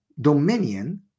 dominion